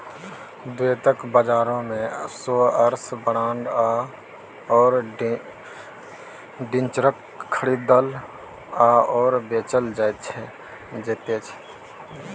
द्वितीयक बाजारमे shares bond आओर डिबेंचरकेँ खरीदल आओर बेचल जाइत छै